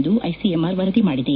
ಎಂದು ಐಸಿಎಂಆರ್ ವರದಿ ಮಾಡಿದೆ